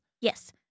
Yes